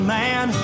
man